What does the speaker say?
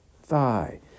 thigh